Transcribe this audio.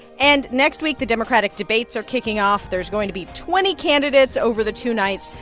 and next week, the democratic debates are kicking off. there's going to be twenty candidates over the two nights.